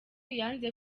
yanze